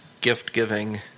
gift-giving